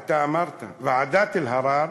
אתה אמרת, ועדת אלהרר